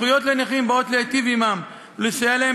הזכויות לנכים באות להיטיב עמם ולסייע להם